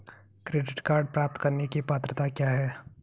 Credit card प्राप्त करने की पात्रता क्या है?